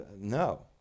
no